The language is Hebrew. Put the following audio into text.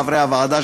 חברי הוועדה,